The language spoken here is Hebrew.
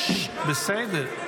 --- שיענה --- אזרחי ישראל --- בסדר,